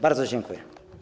Bardzo dziękuję.